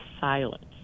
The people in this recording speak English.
silence